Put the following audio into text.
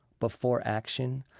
before action.